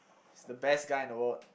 he's the best guy in the world